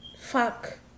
fuck